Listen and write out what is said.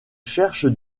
cherche